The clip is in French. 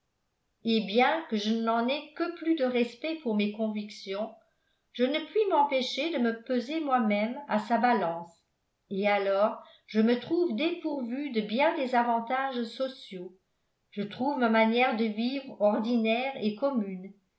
et bien que je n'en aie que plus de respect pour mes convictions je ne puis m'empêcher de me peser moi-même à sa balance et alors je me trouve dépourvue de bien des avantages sociaux je trouve ma manière de vivre ordinaire et commune